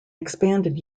expanded